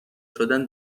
شدن